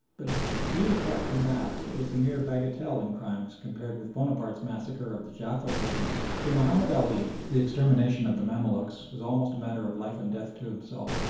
but viewed apart from that it was a mere bagatelle in crime compared with bonaparte's massacre of the jaffa prisoners. to mahomed ali the extermination of the mamaluks was almost a matter of life and death to himself,